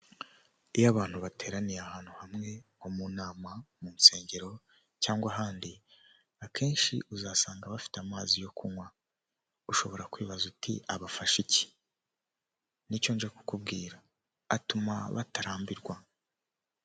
Iyo abantu bateraniye ahantu hamwe nko mu nama, mu nsengero cyangwa ahandi akenshi uzasanga bafite amazi yo kunywa, ushobora kwibaza uti abafasha iki, ni cyo nje kukubwira, atuma batarambirwa.